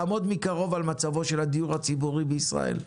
לעמוד מקרוב על מצבו של הדיור הציבורי בישראל.